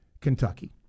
Kentucky